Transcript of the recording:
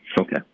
Okay